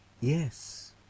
Yes